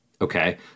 Okay